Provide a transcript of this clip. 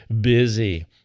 busy